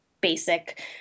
basic